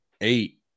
Eight